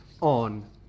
on